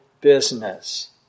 business